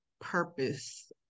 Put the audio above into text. purpose